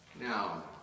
Now